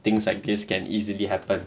things like this can easily happen